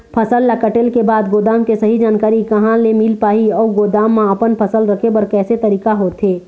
फसल ला कटेल के बाद गोदाम के सही जानकारी कहा ले मील पाही अउ गोदाम मा अपन फसल रखे बर कैसे तरीका होथे?